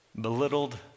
belittled